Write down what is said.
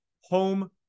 home